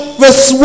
verse